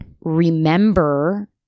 remember